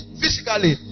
physically